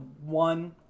one